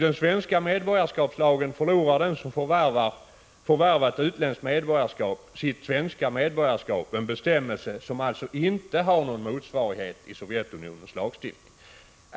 Den som förvärvar ett utländskt medborgarskap förlorar enligt den svenska medborgarskapslagen sitt svenska medborgarskap — en bestämmelse som alltså inte har någon motsvarighet i Sovjetunionens lagstiftning.